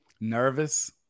Nervous